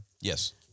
Yes